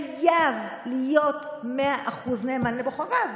חייב להיות ב-100% נאמן לבוחריו.